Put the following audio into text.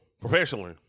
professionally